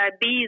bees